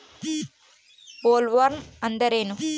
Bollworm ಅಂದ್ರೇನು?